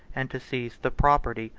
and to seize the property,